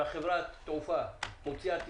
וחברת התעופה הוציאה טיסות,